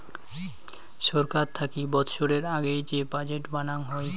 ছরকার থাকি বৎসরের আগেক যে বাজেট বানাং হই